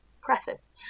preface